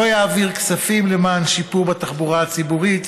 לא יעביר כספים למען שיפור בתחבורה הציבורית,